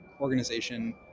organization